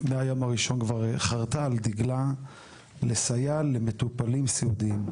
מהיום הראשון כבר חרטה על דגלה לסייע למטופלים סיעודיים.